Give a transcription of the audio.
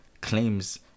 claims